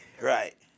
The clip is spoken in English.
right